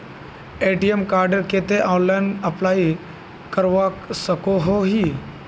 ATM कार्डेर केते online apply करवा सकोहो ही?